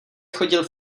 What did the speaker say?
chodil